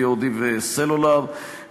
VOD וסלולר,